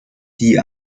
die